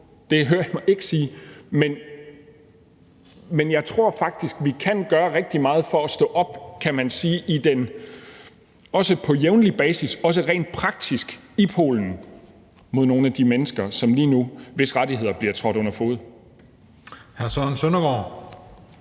Det hører I mig ikke sige. Men jeg tror faktisk, at vi kan gøre rigtig meget for at stå op – også på jævnlig basis, også rent praktisk i Polen – for nogle af de mennesker, hvis rettigheder lige nu bliver trådt under fode.